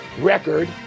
record